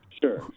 sure